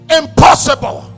impossible